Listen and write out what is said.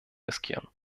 riskieren